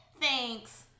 Thanks